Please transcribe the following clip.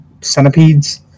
centipedes